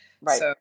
Right